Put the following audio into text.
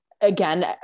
again